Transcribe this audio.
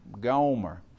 Gomer